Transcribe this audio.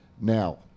Now